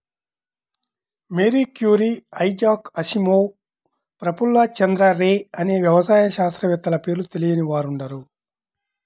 Mary Curie, Isaac Asimov, Prafulla Chandra Ray అనే వ్యవసాయ శాస్త్రవేత్తల పేర్లు తెలియని వారుండరు